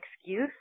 excuse